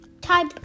type